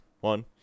one